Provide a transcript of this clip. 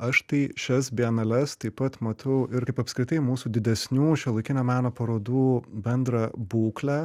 aš tai šias bienales taip pat matau ir kaip apskritai mūsų didesnių šiuolaikinio meno parodų bendrą būklę